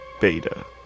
Beta